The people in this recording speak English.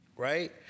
right